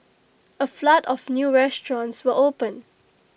A flood of new restaurants will open